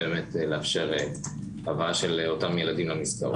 באמת לאפשר הבאה של אותם ילדים למסגרות.